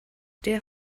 der